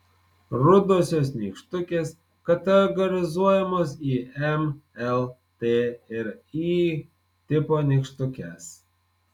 rudosios nykštukės kategorizuojamos į m l t ir y tipo nykštukes